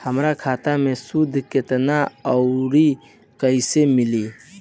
हमार खाता मे सूद केतना आउर कैसे मिलेला?